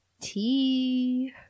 tea